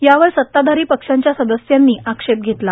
यावर सताधरी पक्षांच्या सदस्यांनी अक्षेप घेतला